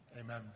amen